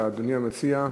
אדוני המציע,